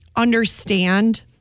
understand